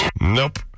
Nope